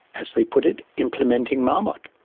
as they put it, implementing marmot.